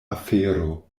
afero